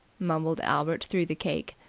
mumbled albert through the cake.